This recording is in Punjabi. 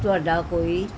ਤੁਹਾਡਾ ਕੋਈ